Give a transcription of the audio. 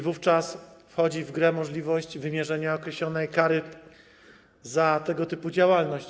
Wówczas wchodzi w grę możliwość wymierzenia określonej kary za tego typu działalność.